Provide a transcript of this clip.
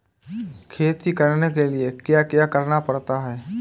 खेती करने के लिए क्या क्या करना पड़ता है?